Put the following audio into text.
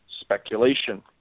speculation